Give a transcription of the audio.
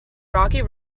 rocky